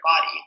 body